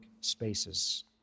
spaces